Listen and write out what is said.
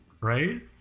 Right